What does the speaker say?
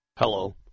Hello